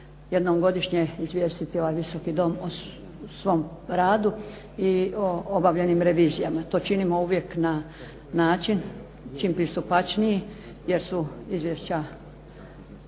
jednom godišnje izvijestiti ovaj Visoki dom o svom radu i o obavljenim revizijama. To činimo uvijek na način čim pristupačniji, jer su izvješća